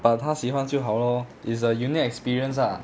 but 他喜欢就好 lor is a unique experience ah